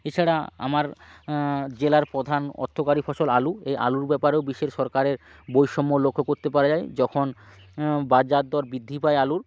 এছাড়া আমার জেলার প্রধান অর্থকরী ফসল আলু এই আলুর ব্যাপারেও বিশ্বের সরকারের বৈষম্য লক্ষ করতে পারা যায় যখন বাজার দর বৃদ্ধি পায় আলুর